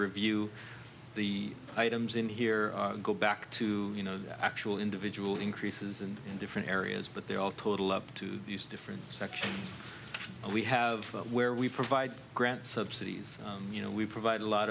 review the items in here go back to you know the actual individual increases and in different areas but they're all total up to these different sections we have where we provide grants subsidies you know we provide a lot